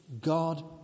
God